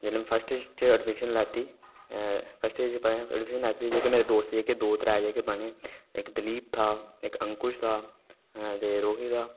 जेल्लै में फर्स्ट च ऐडमिशन लैती फर्स्ट च पाया ऐडमिशन लैती जेह्के मेरे दो त्रै दोस्त जेह्के बने इक दलीप हा इक अंकुश हा ते रोहित हा